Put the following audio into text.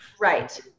Right